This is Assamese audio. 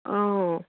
অঁ